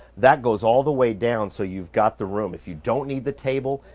that goes all the way down so you've got the room. if you don't need the table,